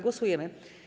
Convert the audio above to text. Głosujemy.